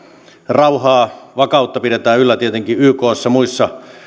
rauhaa vakautta pidetään yllä tietenkin ykssa ja muissa